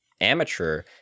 amateur